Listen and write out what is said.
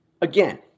again